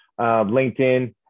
linkedin